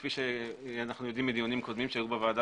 כפי שאנו יודעים מדיונים קודמים שהיו בוועדה